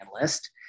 list